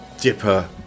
Dipper